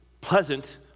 pleasant